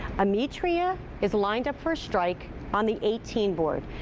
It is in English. ametria is lined up for a strike on the eighteen board.